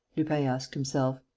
lupin asked himself.